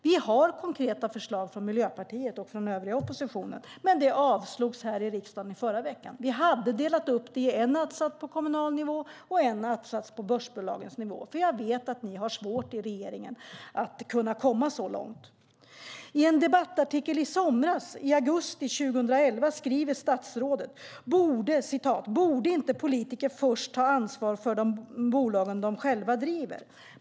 Vi har konkreta förslag från Miljöpartiet och från övriga oppositionen, men de avslogs här i riksdagen i förra veckan. Vi hade delat upp det i en att-sats på kommunal nivå och en att-sats på börsbolagens nivå, för jag vet att ni har svårt i regeringen att kunna komma så långt. I en debattartikel i somras, augusti 2011, skriver statsrådet: "Borde inte politiker först ta ansvar för bolagen de själva driver?"